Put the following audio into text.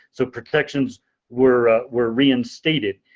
so protections we're we're reinstated.